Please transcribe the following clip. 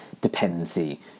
dependency